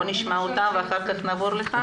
נשמע אותם ואחר כך נעבור לחברי הכנסת.